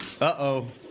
Uh-oh